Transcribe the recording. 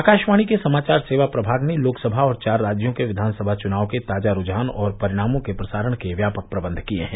आकाशवाणी के समाचार सेवा प्रभाग ने लोकसभा और चार राज्यों के विधानसभा चुनाव के ताजा रूझान और परिणामों के प्रसारण के व्यापक प्रबंध किए हैं